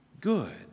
good